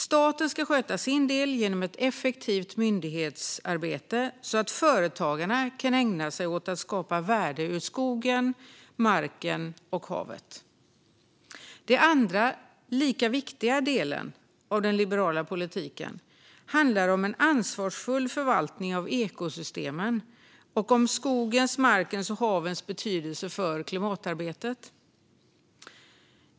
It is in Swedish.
Staten ska sköta sin del genom ett effektivt myndighetsarbete så att företagarna kan ägna sig åt att skapa värde ur skogen, marken och havet. Den andra och lika viktiga delen av den liberala politiken handlar om en ansvarsfull förvaltning av ekosystemen och om skogens, markens och havens betydelse för klimatarbetet.